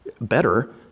better